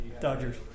Dodgers